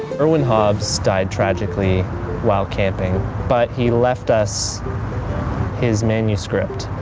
erwin hobbes died tragically while camping but he left us his manuscript.